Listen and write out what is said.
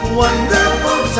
wonderful